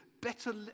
Better